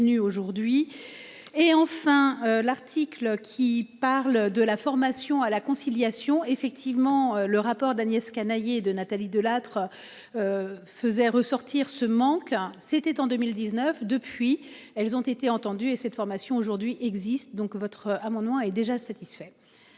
et enfin l'article qui. Parle de la formation à la conciliation, effectivement le rapport d'Agnès Canayer de Nathalie Delattre. Faisait ressortir ce manque. C'était en 2019. Depuis, elles ont été entendues et cette formation aujourd'hui existe donc votre amendement est déjà satisfait